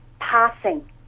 passing